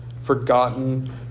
forgotten